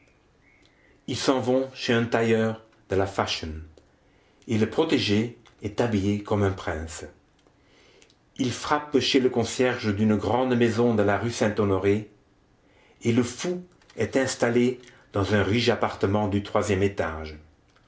ils s'en vont chez un tailleur de la fashion et le protégé est habillé comme un prince ils frappent chez le concierge d'une grande maison de la rue saint-honoré et le fou est installé dans un riche appartement du troisième étage